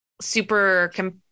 super